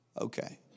Okay